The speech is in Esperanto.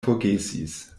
forgesis